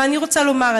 אבל אני רוצה לומר,